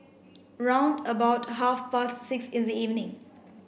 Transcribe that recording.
round about half past six in the evening